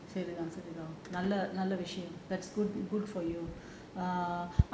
சரிதான் சரிதான் அது நல்ல விஷயம்:sarithaan sarithaan athu nalla vishayam that's good good for you err